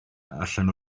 allan